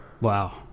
wow